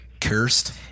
cursed